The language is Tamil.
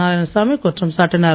நாராயணசாமி குற்றம் சாட்டினார்